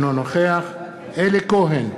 אינו נוכח אלי כהן,